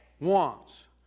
Wants